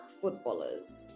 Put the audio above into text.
footballers